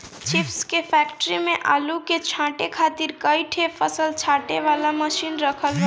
chips के factory में आलू के छांटे खातिर कई ठे फसल छांटे वाला मशीन रखल बा